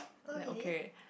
then okay